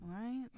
Right